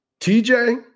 TJ